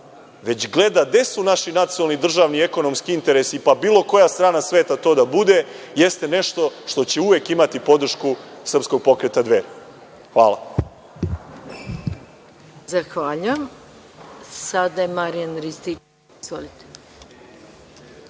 već gleda gde su naši nacionalni, državni, ekonomski interesi, pa bilo koja strana sveta to da bude, jeste nešto što će uvek imati podršku Srpskog pokreta Dveri. Hvala. **Maja Gojković**